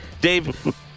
Dave